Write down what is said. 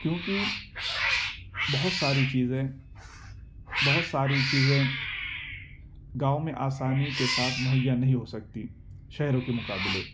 کیونکہ بہت ساری چیزیں بہت ساری چیزیں گاؤں میں آسانی کے ساتھ مہیا نہیں ہو سکتی شہروں کے مقابلے